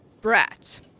brat